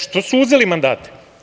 Što su uzeli mandate?